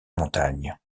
montagne